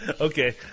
Okay